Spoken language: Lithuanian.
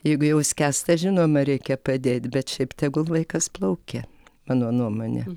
jeigu jau skęsta žinoma reikia padėt bet šiaip tegul vaikas plaukia mano nuomone